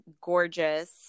gorgeous